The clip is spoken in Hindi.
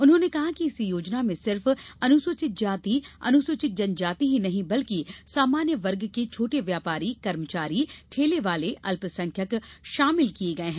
उन्होंने कहा कि इस योजना में सिर्फ अजा अजजा ही नहीं बल्कि सामान्य वर्ग के छोटे व्यापारी कर्मचारी ठेले वाले अल्पसंख्यक शामिल किए गए हैं